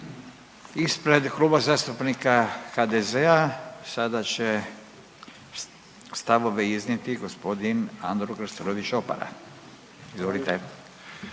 Ispred Kluba zastupnika HDZ-a sada će stavove iznijeti g. Andro Krstulović Opara, izvolite.